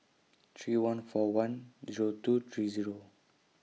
three one four one Zero two three Zero